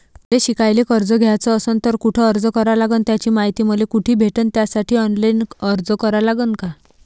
मले शिकायले कर्ज घ्याच असन तर कुठ अर्ज करा लागन त्याची मायती मले कुठी भेटन त्यासाठी ऑनलाईन अर्ज करा लागन का?